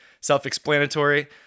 self-explanatory